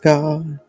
God